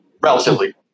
relatively